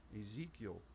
Ezekiel